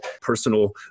personal